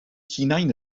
hunain